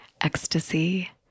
ecstasy